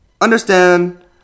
understand